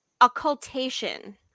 occultation